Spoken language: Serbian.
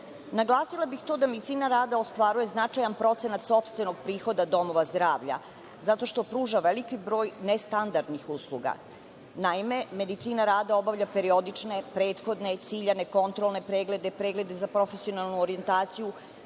Naglasila bih to da medicina rada ostvaruje značajan procenat sopstvenog prihoda domova zdravlja zato što pruža veliki broj nestandardnih usluga. Naime, medicina rada obavlja periodične, prethodne, ciljane, kontrolne preglede, preglede za profesionalnu orijentaciju,